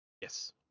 Yes